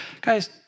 Guys